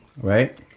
right